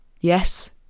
Yes